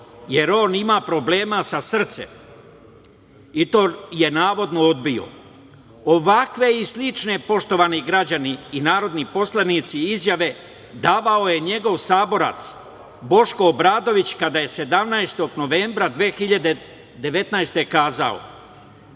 jer on ima problema sa srcem, a on je to, navodno, odbio. Ovakve i slične, poštovani građani i narodni poslanici, izjave davao je njegov saborac Boško Obradović, kada je 17. novembra 2019.